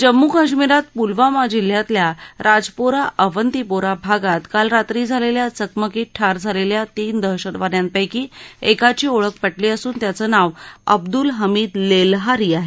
जम्मू काश्मीरात पुलवामा जिल्ह्यातल्या राजपोरा अवंतीपोरा भागात काल रात्री झालेल्या चकमकीत ठार झालेल्या तीन दहशतवाद्यांपैकी एकाची ओळख पटली असून त्याचं नाव अब्दुल हमीद लेलहारी आहे